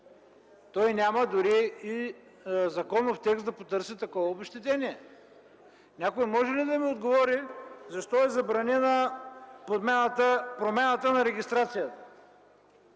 той няма дори и законов текст да поддържа такова обезщетение. Някой може ли да ми отговори защо е забранена промяната на регистрацията?